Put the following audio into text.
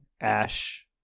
Ash